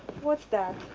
what's that?